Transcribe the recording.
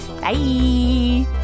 Bye